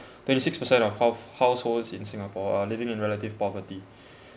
twenty six percent of houf~ households in singapore are living in relative poverty